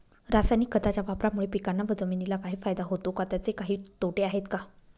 रासायनिक खताच्या वापरामुळे पिकांना व जमिनीला काही फायदा होतो का? त्याचे काही तोटे आहेत का?